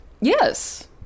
Yes